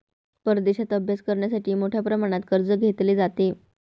परदेशात अभ्यास करण्यासाठी मोठ्या प्रमाणात कर्ज घेतले जाते